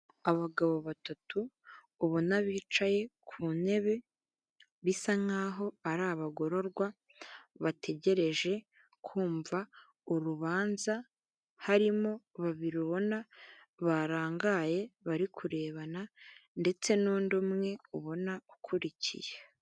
Abagabo batatu ubona bicaye ku ntebe bisa nkaho ari abagororwa bategereje kumva urubanza; harimo babiri ubona barangaye bari kurebana ndetse n'undi umwe ubona ukurikiye.